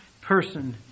person